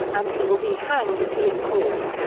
and he will be hanged if he is caught.